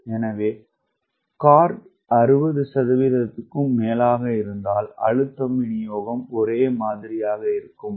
எனவே கோர்ட் 60 க்கும் மேலாக இருத்தால் அழுத்தம் விநியோகம் ஒரே மாதிரியாக இருக்கும்